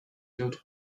built